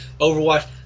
Overwatch